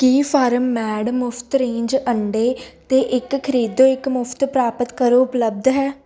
ਕੀ farm made ਮੁਫਤ range ਅੰਡੇ 'ਤੇ ਇੱਕ ਖਰੀਦੋ ਇੱਕ ਮੁਫਤ ਪ੍ਰਾਪਤ ਕਰੋ ਉਪਲੱਬਧ ਹੈ